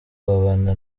babana